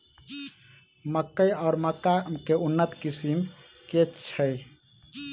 मकई वा मक्का केँ उन्नत किसिम केँ छैय?